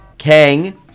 Kang